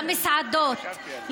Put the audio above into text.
למסעדות,